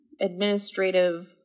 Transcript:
Administrative